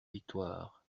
victoire